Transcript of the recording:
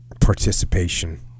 participation